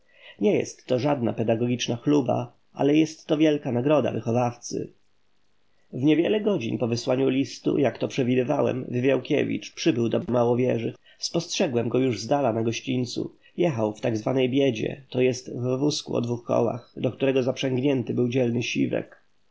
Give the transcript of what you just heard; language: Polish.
to żadna pedagogiczna chluba ale jest to wielka nagroda wychowawcy w niewiele godzin po wysłaniu listu jak to przewidywałem wywiałkiewicz przybył do małowieży spostrzegłem go już zdaleka na gościńcu jechał w tak zwanej biedzie to jest w wózku o dwóch kołach do którego zaprzągnięty był dzielny